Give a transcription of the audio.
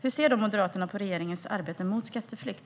Hur ser då Moderaterna på regeringens arbete mot skatteflykt?